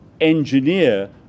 engineer